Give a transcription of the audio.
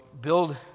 build